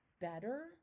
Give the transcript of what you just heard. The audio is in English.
better